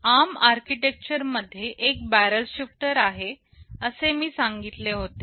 ARM architecture मध्ये एक barrel shifter आहे असे मी सांगितले होते